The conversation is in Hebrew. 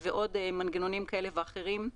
ישנם עוד מנגנונים כאלה ואחרים.